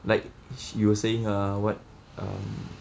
like you were saying err what um